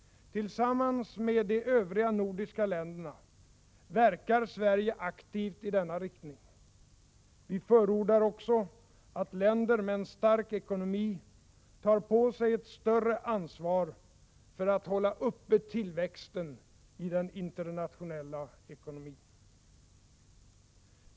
Tillsammans med de övriga nordiska länderna verkar Sverige aktivt i denna riktning. Vi förordar också att länder med en stark ekonomi tar på sig ett större ansvar för att hålla uppe tillväxten i den internationella ekonomin.